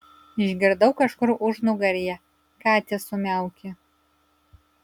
išgirdau kažkur užnugaryje katės sumiaukė